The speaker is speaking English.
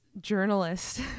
journalist